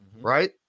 right